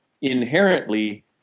inherently